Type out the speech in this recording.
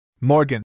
Morgan